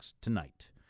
tonight